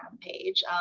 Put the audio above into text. page